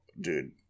dude